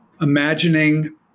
imagining